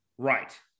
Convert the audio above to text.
Right